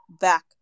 back